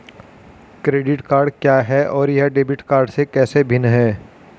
Credit card क्या है और यह डेबिट कार्ड से कैसे भिन्न है?